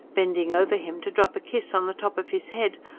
bending over him to drop a kiss on the top of his head,